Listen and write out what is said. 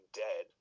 dead